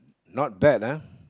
not bad ah